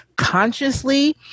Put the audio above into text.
consciously